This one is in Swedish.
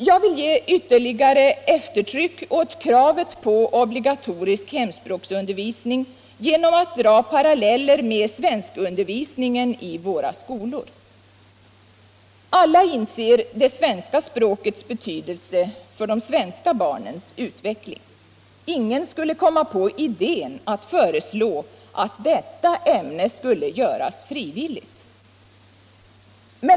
Jag vill ge ytterligare eftertryck åt kravet på obligatorisk hemspråksundervisning genom att dra paralleller med svenskundervisningen i våra skolor. Alla inser det svenska språkets betydelse för de svenska barnens utveckling. Ingen skulle komma på idén att föreslå att detta ämne skulle göras frivilligt.